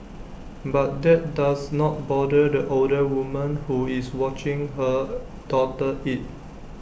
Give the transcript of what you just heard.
but that does not bother the older woman who is watching her daughter eat